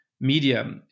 media